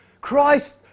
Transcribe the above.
Christ